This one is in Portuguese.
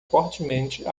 fortemente